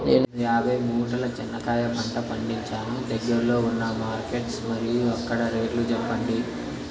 నేను యాభై మూటల చెనక్కాయ పంట పండించాను దగ్గర్లో ఉన్న మార్కెట్స్ మరియు అక్కడ రేట్లు చెప్పండి?